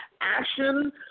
action